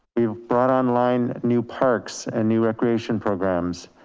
we've brought online new parks and new recreation programs,